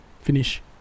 finish